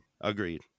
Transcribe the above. Agreed